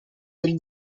del